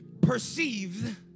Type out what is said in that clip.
perceived